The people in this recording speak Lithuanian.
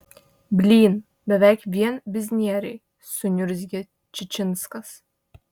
blyn beveik vien biznieriai suniurzgė čičinskas